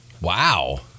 Wow